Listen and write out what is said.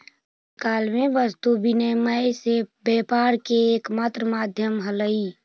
प्राचीन काल में वस्तु विनिमय से व्यापार के एकमात्र माध्यम हलइ